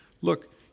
look